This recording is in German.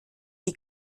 die